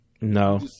No